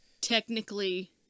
technically